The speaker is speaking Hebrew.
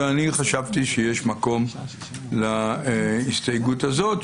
ואני חשבתי שיש מקום להסתייגות הזאת,